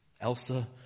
Elsa